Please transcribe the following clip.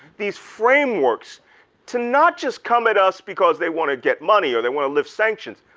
these frameworks to not just come at us because they want to get money or they want to lift sanctions.